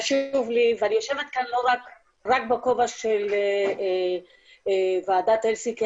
אני יושבת כאן לא רק בכובע של ועדת הלסינקי,